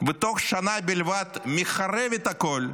ובתוך שנה בלבד מחרבת הכול,